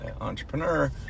entrepreneur